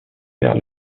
vers